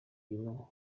ibintu